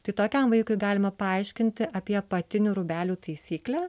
tai tokiam vaikui galima paaiškinti apie apatinių rūbelių taisyklę